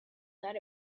that